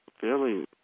fairly